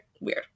Weird